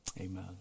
Amen